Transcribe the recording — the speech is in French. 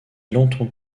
longtemps